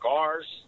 Cars